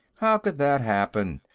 how could that happen?